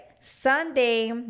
Sunday